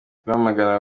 rwamagana